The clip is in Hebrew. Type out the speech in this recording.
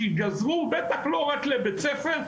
שייגזרו בטח לא רק לבית ספר,